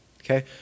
Okay